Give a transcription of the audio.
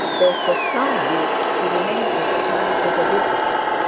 though for some weeks he remained with her as a visitor.